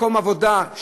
מקום עבודה,